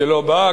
שלא באה,